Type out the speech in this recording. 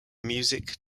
music